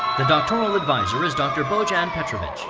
the doctoral advisor is dr. bojan ah and petrovic.